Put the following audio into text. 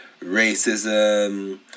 racism